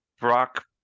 Brock